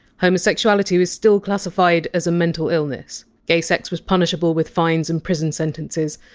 homosexuality was still classified as a mental illness gay sex was punishable with fines and prison sentences.